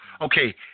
Okay